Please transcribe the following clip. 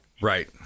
right